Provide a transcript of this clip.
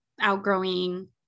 outgrowing